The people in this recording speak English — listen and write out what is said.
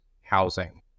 housing